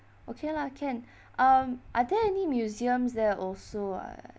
okay lah can um are there any museums there also ah